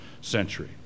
century